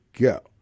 go